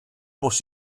bws